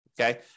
okay